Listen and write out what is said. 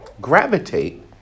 gravitate